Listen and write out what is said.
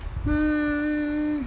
hmm